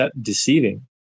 deceiving